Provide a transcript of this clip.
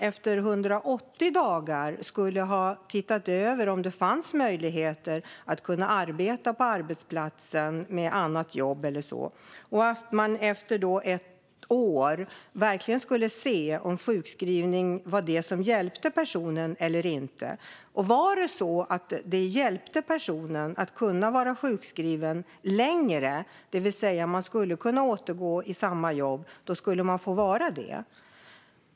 Efter 180 dagar skulle man ha sett över möjligheten för den sjukskrivna personen att arbeta på sin arbetsplats men med andra uppgifter, och efter ett år skulle man verkligen se om sjukskrivning var det som hjälpte personen eller inte. Om det hjälpte personen att få vara sjukskriven längre, det vill säga att man sedan skulle kunna återgå till sitt jobb, skulle man få vara det.